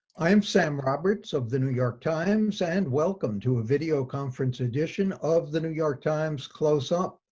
i am sam roberts of the new york times, and welcome to a video conference edition of the new york times close up.